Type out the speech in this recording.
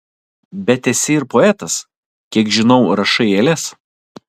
bet esi ir poetas kiek žinau rašai eiles